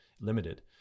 limited